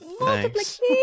Multiplication